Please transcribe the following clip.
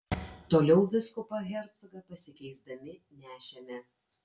toliau vyskupą hercogą pasikeisdami nešėme